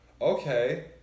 okay